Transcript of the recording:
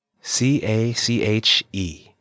C-A-C-H-E